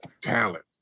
talent